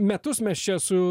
metus mes čia su